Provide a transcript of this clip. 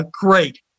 Great